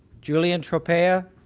julian trepaya